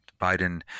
Biden